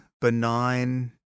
benign